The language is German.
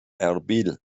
erbil